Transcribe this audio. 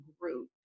group